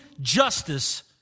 justice